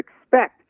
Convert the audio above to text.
expect